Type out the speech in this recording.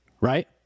right